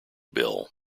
bill